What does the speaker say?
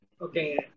Okay